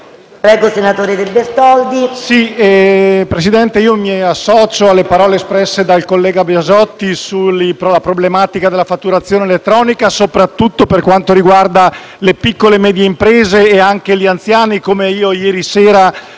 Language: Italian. nuova finestra") *(FdI)*. Signor Presidente, mi associo alle parole espresse dal senatore Biasotti sulla problematica della fatturazione elettronica, soprattutto per quanto riguarda le piccole e medie imprese e anche gli anziani, come io ieri sera